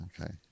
okay